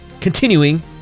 Continuing